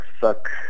suck